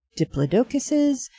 Diplodocuses